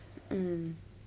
mm